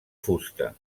fusta